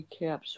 Recaps